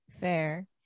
Fair